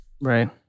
Right